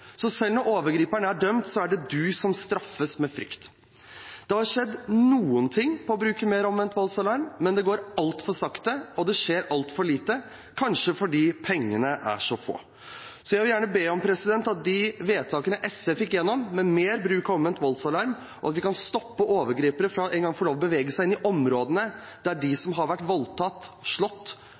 Så selv når overgriperen er dømt, er det du som straffes med frykt. Det har skjedd noe når det gjelder bruk av omvendt voldsalarm, men det går altfor sakte, og det skjer altfor lite – kanskje fordi pengene er så få. Så jeg vil gjerne be regjeringen følge opp de vedtakene SV fikk igjennom, om mer bruk av omvendt voldsalarm, og at vi kan stoppe overgripere fra engang å få lov til å bevege seg inn i områdene der de som har vært voldtatt, slått,